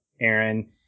Aaron